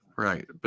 Right